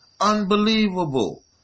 Unbelievable